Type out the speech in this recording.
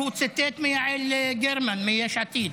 הוא ציטט את יעל גרמן מיש עתיד,